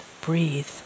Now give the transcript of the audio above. breathe